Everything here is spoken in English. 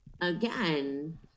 again